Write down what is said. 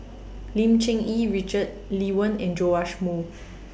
Lim Cherng Yih Richard Lee Wen and Joash Moo